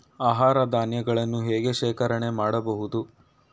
ಆಹಾರ ಧಾನ್ಯಗಳನ್ನು ಹೇಗೆ ಶೇಖರಣೆ ಮಾಡಬಹುದು?